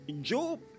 Job